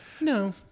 No